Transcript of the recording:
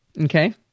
Okay